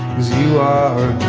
as you are